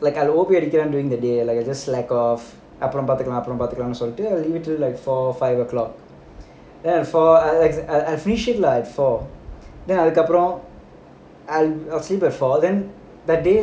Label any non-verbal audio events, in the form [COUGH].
like [LAUGHS] during the day like I just slack off அப்புறம் பார்த்துக்கலாம் அப்புறம் பார்த்துக்கலாம் சொல்லிட்டு:appuram paarthukalaam appuram paarthukkalaam sollittu like four five o'clock then I finished it lah like அதுக்கு அப்புறம்:adhukku appuram four then I will wake up around I will sleep at four then that day